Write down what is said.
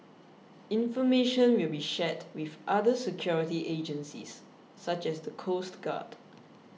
information will be shared with other security agencies such as the coast guard